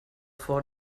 vor